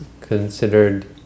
considered